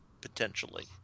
potentially –